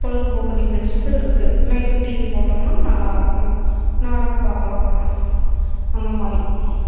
பொழுதுபோக்கு நிகழ்ச்சிகள் இருக்குது நைட்டு டிவி போட்டோம்னால் நல்லாயிருக்கும் நாடகம் பார்க்கலாம் அந்த மாதிரி